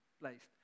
placed